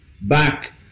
back